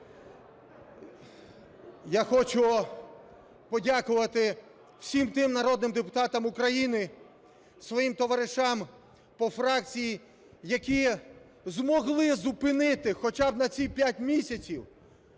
Я хочу подякувати всім тим народним депутатам України, своїм товаришам по фракції, які змогли зупинити хоча б на ці п'ять місяців